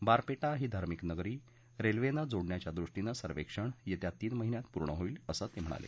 बारपेटा ही धार्मिक नगरी रेल्वेनं जोडण्याच्या दृष्टीनं सर्वेक्षण येत्या तीन महिन्यात पूर्ण होईल असं ते म्हणाले